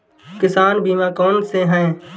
किसान बीमा कौनसे हैं?